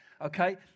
Okay